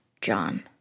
John